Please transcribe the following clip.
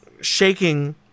shaking